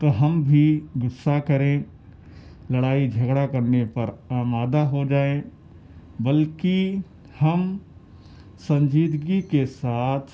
تو ہم بھی غصہ کریں لڑائی جھگڑا کرنے پر آمادہ ہو جائیں بلکہ ہم سنجیدگی کے ساتھ